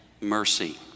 mercy